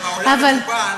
בעולם מקובל,